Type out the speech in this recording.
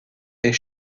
est